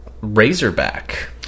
Razorback